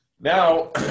Now